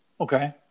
Okay